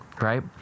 Right